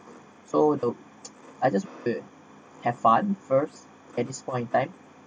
so the I just have fun at this point of time